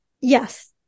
Yes